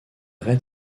red